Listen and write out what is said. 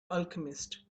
alchemist